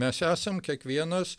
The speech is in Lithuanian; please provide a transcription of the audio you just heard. mes esam kiekvienas